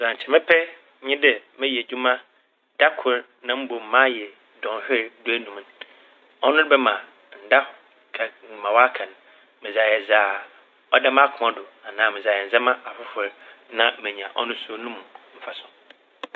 Dza nkyɛ mɛpɛ nye dɛ mɛyɛ edwuma da kor na mbom mayɛ dɔnhwer duenum no. Ɔno bɛma nda kɛ - ma ɔaka n' medze ayɛ dza ɔda m'akoma do anaa medze ayɛ ndzɛmba afofor na menya ɔno so no mu mfaso.